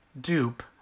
dupe